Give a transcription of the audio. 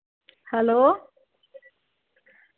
hello